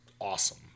awesome